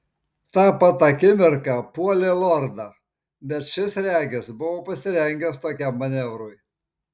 tą pat akimirką puolė lordą bet šis regis buvo pasirengęs tokiam manevrui